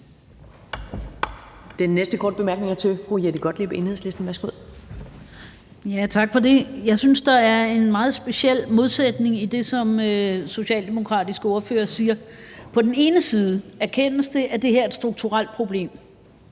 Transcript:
Den næste korte bemærkning er til fru Jette Gottlieb, Enhedslisten. Værsgo. Kl. 13:42 Jette Gottlieb (EL): Tak for det. Jeg synes, der er en meget speciel modsætning i det, som den socialdemokratiske ordfører siger. På den ene side erkendes det, at det her er et strukturelt problem,